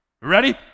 Ready